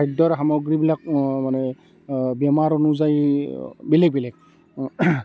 খাদ্যৰ সামগ্ৰীবিলাক মানে বেমাৰ অনুযায়ী বেলেগ বেলেগ